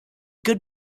good